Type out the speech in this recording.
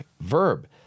verb